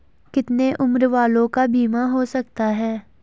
कितने उम्र वालों का बीमा हो सकता है?